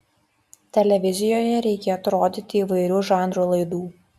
televizijoje reikėtų rodyti įvairių žanrų laidų